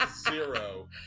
zero